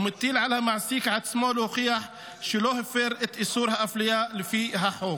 ומטיל על המעסיק עצמו להוכיח שלא הפר את איסור האפליה לפי החוק.